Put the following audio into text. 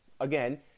again